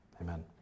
Amen